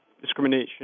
discrimination